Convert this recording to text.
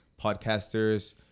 podcasters